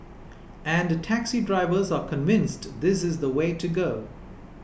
and taxi drivers are convinced this is the way to go